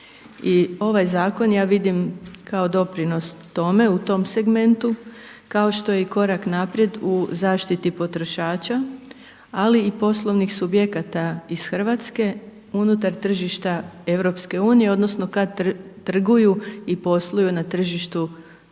ovaj zakon ja vidim kao doprinos tome u tom segmentu, kao što je i korak naprijed u zaštiti potrošača, ali i poslovnih subjekata iz Hrvatske unutar tržišta EU odnosno kad trguju i posluju na tržištu EU.